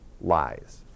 lies